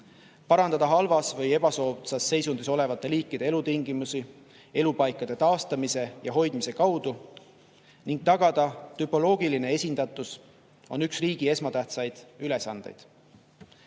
Parandada halvas või ebasoodsas seisundis olevate liikide elutingimusi elupaikade taastamise ja hoidmise kaudu ning tagada tüpoloogiline esindatus on üks riigi esmatähtsaid ülesandeid. Edendame